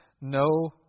no